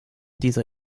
dieser